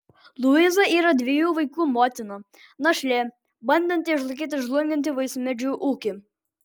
luiza yra dviejų vaikų motina našlė bandanti išlaikyti žlungantį vaismedžių ūkį